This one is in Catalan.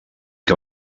que